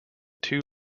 two